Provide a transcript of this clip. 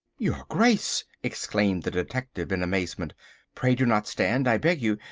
your grace! exclaimed the detective in amazement pray do not stand, i beg you.